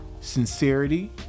sincerity